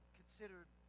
considered